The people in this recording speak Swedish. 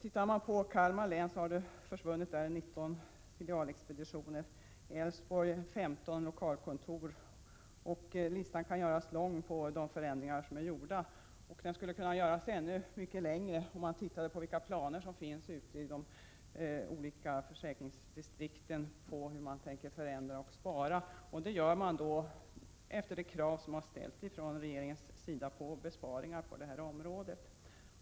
I Kalmar län har 19 filialexpeditioner försvunnit, i Älvsborgs län 15 lokalkontor. Listan kan göras lång på de förändringar som gjorts. Den skulle kunna göras ännu mycket längre om man såg på vilka sparplaner som finns i olika försäkringsdistrikt. Sparar gör man efter de krav på besparingar som ställts från regeringens sida på olika områden.